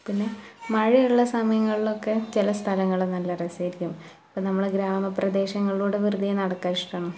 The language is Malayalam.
പിന്നെ മഴയുള്ള സമയങ്ങളിലൊക്കെ ചില സ്ഥലങ്ങൾ നല്ല രസമായിരിക്കും ഇപ്പം നമ്മൾ ഗ്രാമ പ്രദേശങ്ങളിലൂടെ വെറുതെ നടക്കാൻ ഇഷ്ട്ടമാണ്